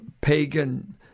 pagan